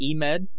Emed